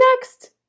next